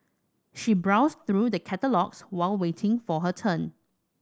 she browsed through the catalogues while waiting for her turn